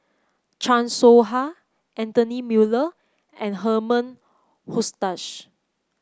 Chan Soh Ha Anthony Miller and Herman Hochstadt